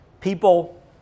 people